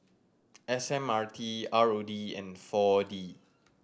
S M R T R O D and Four D